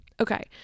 Okay